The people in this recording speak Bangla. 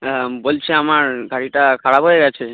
হ্যাঁ বলছি আমার গাড়িটা খারাপ হয়ে গেছে